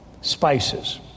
spices